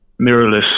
mirrorless